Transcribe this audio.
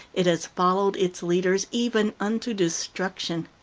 it has followed its leaders even unto destruction.